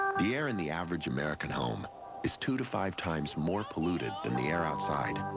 the air in the average american home is two two five times more polluted than the air outside.